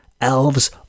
elves